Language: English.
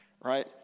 right